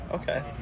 Okay